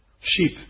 sheep